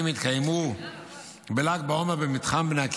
יתקיימו בל"ג בעומר במתחם בני עקיבא,